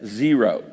zero